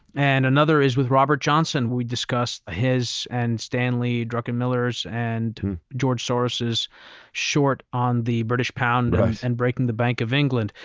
and another is with robert johnson. we discussed his and stanley druckenmiller's and george soros's short on the british pound and breaking the bank of england.